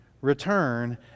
return